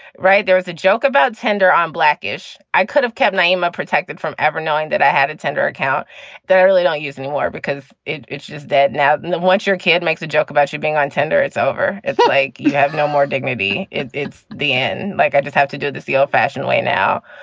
right. there was a joke about tinder on blackish. i could have kept nyima protected from ever knowing that i had a tender account that i really don't use anymore, because it's it's just that now and once your kid makes a joke about you being on tinder, it's over. it's like you have no more dignity. it's it's the end. like, i just have to do this the old fashioned way. now,